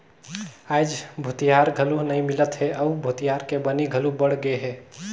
आयज भूथिहार घलो नइ मिलत हे अउ भूथिहार के बनी घलो बड़ गेहे